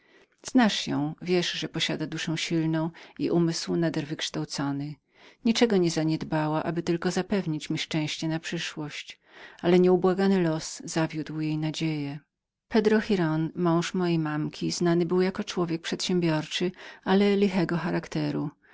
znasz ją wiesz że posiada duszę silną i umysł nader wykształcony niczego nie zaniedbała aby tylko zapewnić mi szczęście na przyszłość ale los nieubłagany zawiódł jej nadzieje mąż giraldy znany był jako człowiek charakteru